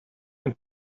and